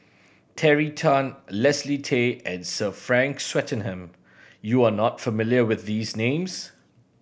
Terry Tan Leslie Tay and Sir Frank Swettenham you are not familiar with these names